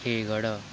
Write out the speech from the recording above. खेळगडो